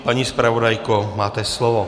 Paní zpravodajko, máte slovo.